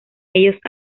ellos